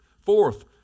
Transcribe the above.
Fourth